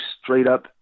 straight-up